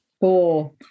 Four